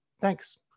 Thanks